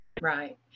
Right